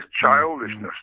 childishness